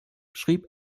schrieb